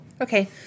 Okay